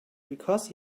because